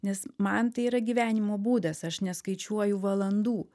nes man tai yra gyvenimo būdas aš neskaičiuoju valandų